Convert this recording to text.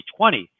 2020